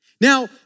Now